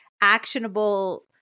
actionable